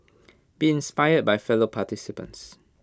be inspired by fellow participants